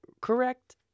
correct